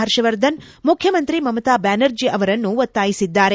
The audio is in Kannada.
ಹರ್ಷವರ್ಧನ್ ಮುಖ್ಯಮಂತ್ರಿ ಮಮತಾಬ್ಲಾನರ್ಜಿ ಅವರನ್ನು ಒತ್ತಾಯಿಸಿದ್ದಾರೆ